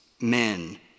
men